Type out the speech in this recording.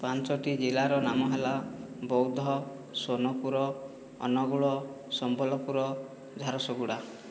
ପାଞ୍ଚଟି ଜିଲ୍ଲାର ନାମ ହେଲା ବୌଦ୍ଧ ସୋନପୁର ଅନୁଗୁଳ ସମ୍ବଲପୁର ଝାରସୁଗୁଡ଼ା